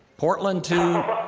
portland to